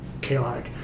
chaotic